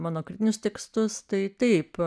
mano kritinius tekstus tai taip